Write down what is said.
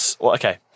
okay